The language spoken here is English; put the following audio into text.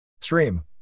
Stream